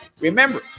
Remember